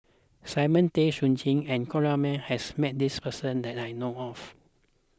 Simon Tay Seong Chee and Corrinne May has met this person that I know of